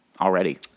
Already